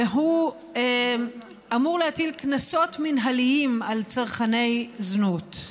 והוא אמור להטיל קנסות מינהליים על צרכני זנות,